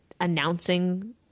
announcing